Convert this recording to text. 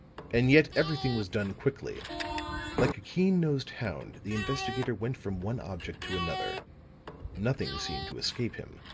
and yet everything was done quickly like a keen-nosed hound, the investigator went from one object to another nothing seemed to escape him,